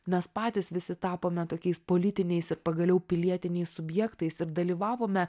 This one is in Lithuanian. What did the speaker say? mes patys visi tapome tokiais politiniais ir pagaliau pilietiniais subjektais ir dalyvavome